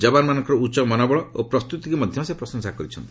ଯବାନମାନଙ୍କର ଉଚ୍ଚ ମନୋବଳ ଓ ପ୍ରସ୍ତୁତିକୁ ସେ ପ୍ରଶଂସା କରିଛନ୍ତି